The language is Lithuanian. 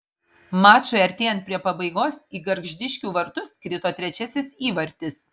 mačui artėjant prie pabaigos į gargždiškių vartus krito trečiasis įvartis